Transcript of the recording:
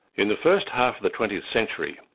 in the first half of the twentieth century,